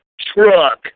truck